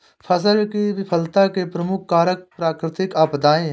फसल की विफलता के प्रमुख कारक प्राकृतिक आपदाएं हैं